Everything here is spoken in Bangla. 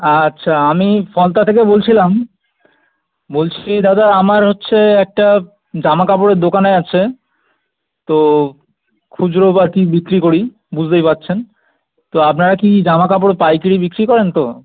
আচ্ছা আমি ফলতা থেকে বলছিলাম বলছি দাদা আমার হচ্ছে একটা জামা কাপড়ের দোকানে আছে তো খুচরো বাকি বিক্রি করি বুঝতেই পারছেন তো আপনারা কি জামা কাপড় পাইকিরি বিক্রি করেন তো